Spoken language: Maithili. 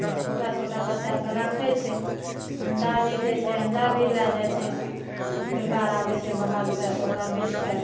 ओ छोटा छोटा बच्चा सब राखै छै अण्डा भी दै छै अण्डा भी लए जाइ छै पैकार आबै छै बहार सऽ तऽ ओकरा बेच कए